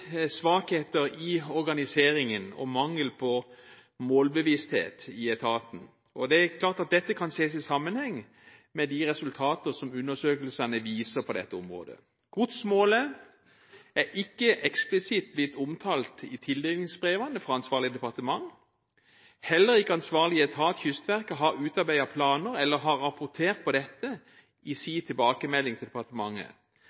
svakheter i organiseringen og mangel på målbevissthet i etaten. Dette kan ses i sammenheng med de resultater som undersøkelsene viser på dette området. Godsmålet er ikke eksplisitt blitt omtalt i tildelingsbrevene fra ansvarlig departement. Heller ikke den ansvarlige etaten, Kystverket, har utarbeidet planer eller rapportert på dette i